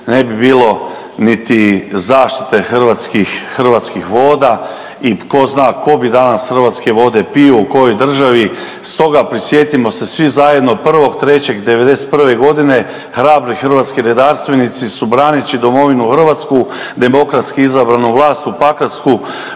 ne bi bilo niti zaštite hrvatskih voda i ko zna ko bi danas hrvatske vode pio u kojoj državi. Stoga prisjetimo se svi zajedno 1.3.'91.g. hrabri hrvatski redarstvenici su braneći domovinu Hrvatsku demokratski izabranu vlast u Pakracu